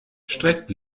streckt